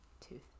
tooth